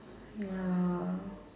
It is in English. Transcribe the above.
ya